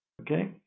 Okay